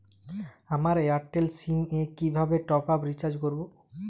আমার এয়ারটেল সিম এ কিভাবে টপ আপ রিচার্জ করবো?